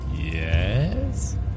Yes